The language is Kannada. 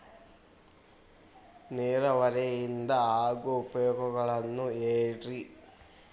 ನೇರಾವರಿಯಿಂದ ಆಗೋ ಉಪಯೋಗಗಳನ್ನು ಹೇಳ್ರಿ